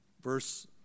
verse